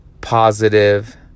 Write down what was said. positive